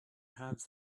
have